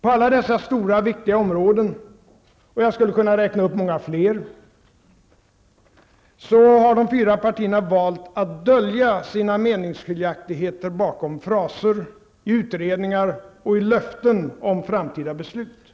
På alla dessa stora, viktiga områden -- och jag skulle kunna räkna upp många fler -- har de fyra partierna valt att dölja sina meningsskiljaktigheter bakom fraser, i utredningar och i löften om framtida beslut.